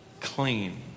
clean